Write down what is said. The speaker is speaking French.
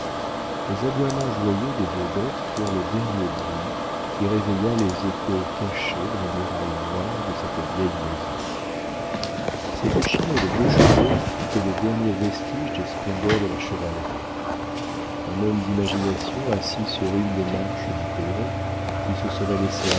les aboiements joyeux des deux bêtes furent le dernier bruit qui réveilla les échos cachés dans les murailles noires de cette vieille maison ces deux chiens et les deux chevaux étaient le dernier vestige des splendeurs de la chevalerie un homme d'imagination assis sur une des marches du perron qui se serait laissé